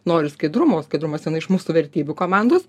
nori skaidrumo o skaidrumas viena iš mūsų vertybių komandos